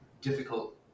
difficult